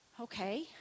Okay